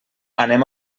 anem